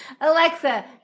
Alexa